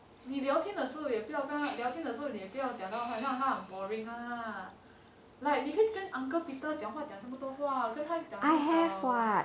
你聊天的时候也不要跟他聊天的时候你也不要讲到他好像很 boring lah like 你可以跟 uncle peter 讲话讲这么多话跟他讲这么少